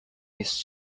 his